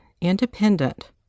independent